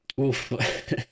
Oof